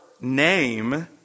name